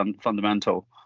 fundamental